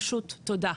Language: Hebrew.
פשוט תודה.